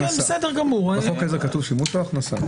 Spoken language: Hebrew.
כרגע כתוב הכנסה.